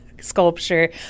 sculpture